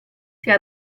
sia